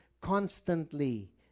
constantly